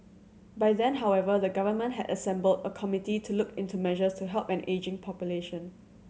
by then however the government had assembled a committee to look into measures to help an ageing population